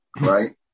Right